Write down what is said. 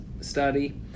study